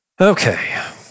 Okay